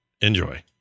Enjoy